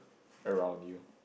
around you